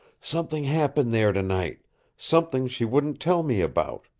something happened there tonight something she wouldn't tell me about,